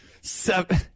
seven